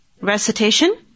Recitation